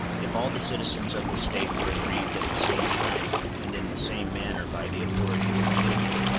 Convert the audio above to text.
if all the citizens of the state were aggrieved at the same time and in the same manner by the authority of the union,